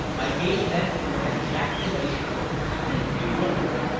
i gave vent to an ejaculation of complete bewilderment,